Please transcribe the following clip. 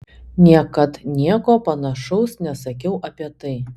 niekad nieko panašaus nesakiau apie tai